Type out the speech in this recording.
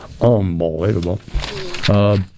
Unbelievable